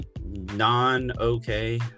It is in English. non-okay